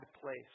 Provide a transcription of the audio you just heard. place